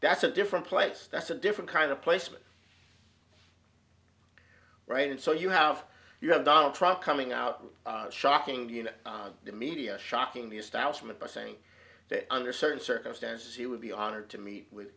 that's a different place that's a different kind of placement right and so you have you have donald trump coming out with shocking you know the media shocking the establishment by saying that under certain circumstances he would be honored to meet with